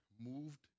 moved